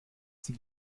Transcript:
sie